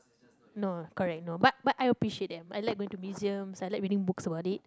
no correct no but but I appreciate them I like going to museums I like reading books about it